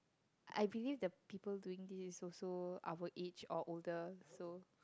I believe the people doing this is also our age or older so